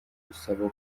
gusaba